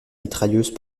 mitrailleuse